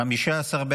להעביר את הצעת חוק